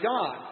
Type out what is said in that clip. God